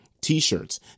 T-shirts